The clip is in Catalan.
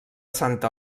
santa